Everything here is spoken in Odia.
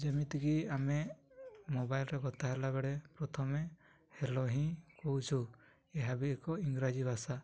ଯେମିତିକି ଆମେ ମୋବାଇଲ୍ରେ କଥା ହେଲା ବେଳେ ପ୍ରଥମେ ହ୍ୟାଲୋ ହିଁ କହୁଛୁ ଏହା ବି ଏକ ଇଂରାଜୀ ଭାଷା